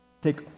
Take